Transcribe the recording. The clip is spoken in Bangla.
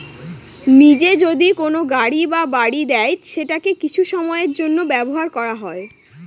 নিজে যদি কোনো গাড়ি বা বাড়ি দেয় সেটাকে কিছু সময়ের জন্য ব্যবহার করা হয়